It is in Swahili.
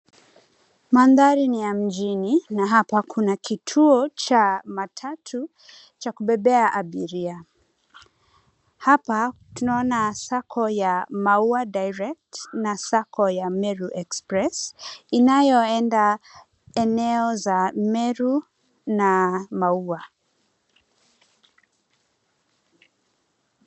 Mandhari ni ya mjini na hapa kuna kituo cha matatu cha kubebea abiria. Hapa tunaona sacco ya Maua direct na sacco ya Meru express inayoenda eneo za Meru na Maua.